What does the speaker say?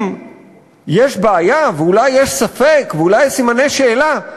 אם יש בעיה ואולי יש ספק ואולי יש סימני שאלה,